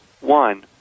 One